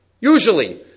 Usually